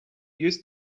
used